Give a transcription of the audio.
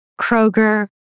Kroger